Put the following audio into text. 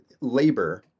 labor